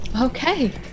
okay